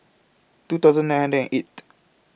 two thousand nine hundred and eight